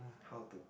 how to